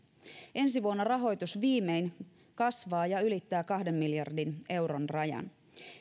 ensi vuonna rahoitus viimein kasvaa ja ylittää kahden miljardin euron rajan